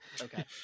Okay